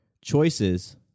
choices